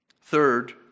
Third